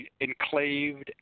enclaved